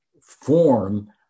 form